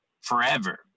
forever